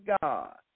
God